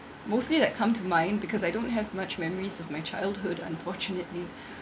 mostly that come to mind because I don't have much memories of my childhood unfortunately